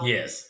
Yes